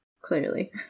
clearly